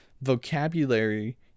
vocabulary